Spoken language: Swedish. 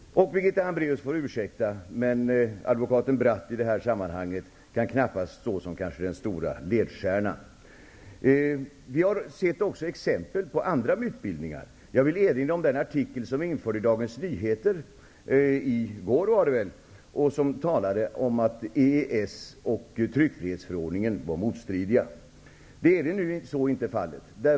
Birgitta Hambraeus får ursäkta, men advokaten Bratt kan knappast stå som den stora ledstjärnan i det här sammanhanget. Vi har även sett exempel på andra mytbildningar. Jag vill erinra om den artikel som var införd i Dagens Nyheter i går. Den talade om att EES och tryckfrihetsförordningen var motstridiga. Så är inte fallet.